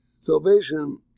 Salvation